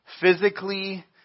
physically